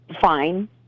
fine